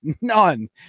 None